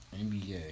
NBA